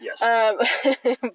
Yes